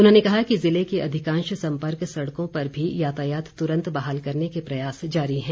उन्होंने कहा कि ज़िले की अधिकांश संपर्क सड़कों पर भी यातायात तुरंत बहाल करने के प्रयास जारी हैं